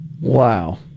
Wow